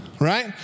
right